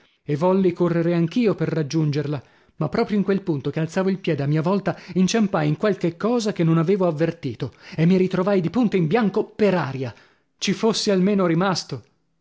e volli correre anch'io per raggiungerla ma proprio in quel punto che alzavo il piede a mia volta inciampai in qualche cosa che non avevo avvertito e mi ritrovai di punto in bianco per aria ci fossi almeno rimasto